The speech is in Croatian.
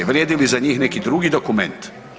Vrijedi li za njih neki drugi dokument?